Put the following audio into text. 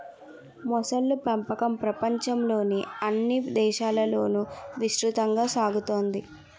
మొసళ్ళ పెంపకం ప్రపంచంలోని అన్ని దేశాలలోనూ విస్తృతంగా సాగుతోంది